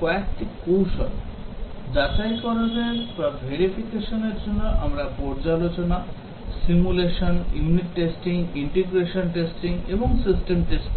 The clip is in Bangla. কয়েকটি কৌশল হল যাচাইকরণের জন্য আমরা পর্যালোচনা simulation unit testing integration testing এবং সিস্টেম টেস্টিং